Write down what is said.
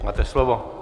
Máte slovo.